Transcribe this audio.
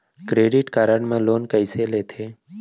Credit card मा loan कइसे लेथे?